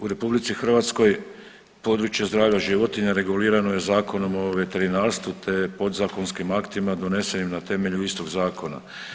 U RH područja zdravlja životinja regulirano je Zakonom o veterinarstvu te podzakonskim aktima donesenim na temelju istog zakona.